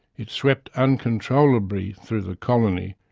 it swept uncontrollably through the colony,